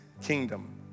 kingdom